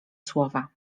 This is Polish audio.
słowa